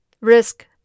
risk